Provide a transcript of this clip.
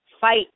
fight